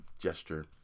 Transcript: gesture